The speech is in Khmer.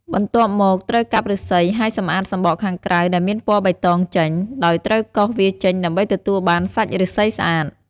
បន្ទាប់មក ត្រូវកាប់ឫស្សី ហើយសម្អាតសំបកខាងក្រៅដែលមានពណ៌បៃតងចេញ ដោយត្រូវកោសវាចេញដើម្បីទទួលបានសាច់ឫស្សីស្អាត ។